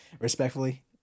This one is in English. Respectfully